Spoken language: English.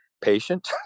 patient